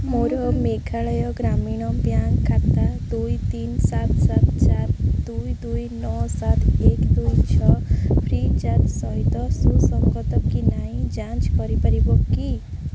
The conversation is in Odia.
ମୋର ମେଘାଳୟ ଗ୍ରାମୀଣ ବ୍ୟାଙ୍କ୍ ଖାତା ଦୁଇ ତିନି ସାତ ସାତ ଚାରି ଦୁଇ ଦୁଇ ନଅ ସାତ ଏକ ଦୁଇ ଛଅ ଫ୍ରି ଚାର୍ଜ୍ ସହିତ ସୁସଙ୍ଗତ କି ନାହିଁ ଯାଞ୍ଚ କରିପାରିବ କି